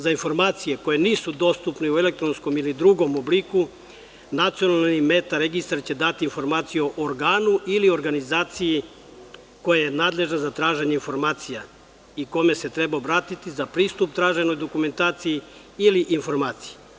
Za informacije koje nisu dostupne u elektronskom ili drugom obliku, nacionalni meta registar će dati informaciju organu ili organizaciji koja je nadležna za traženje informacija i kome se treba obratiti za pristup traženoj dokumentaciji ili informaciji.